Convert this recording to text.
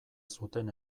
zuten